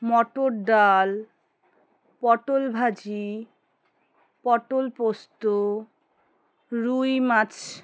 মটর ডাল পটল ভাজি পটল পোস্ত রুই মাছ